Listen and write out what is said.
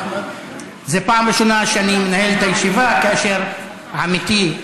זאת הפעם הראשונה שאני מנהל את הישיבה כאשר עמיתי,